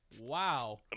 Wow